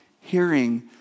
hearing